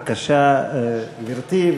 בבקשה, גברתי.